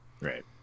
Right